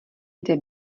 kde